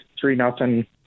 three-nothing